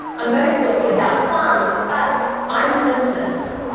i'm going to talk to you about plants, but i'm a physicist,